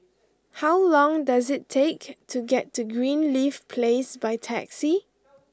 how long does it take to get to Greenleaf Place by taxi